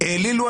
העלילו עליה.